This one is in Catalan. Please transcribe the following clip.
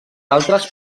altres